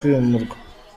kwimurwa